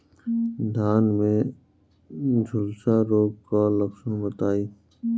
धान में झुलसा रोग क लक्षण बताई?